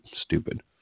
Stupid